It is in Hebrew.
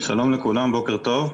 בוקר טוב.